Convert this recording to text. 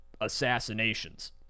...assassinations